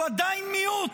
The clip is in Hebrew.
הוא עדיין מיעוט.